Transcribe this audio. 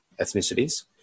ethnicities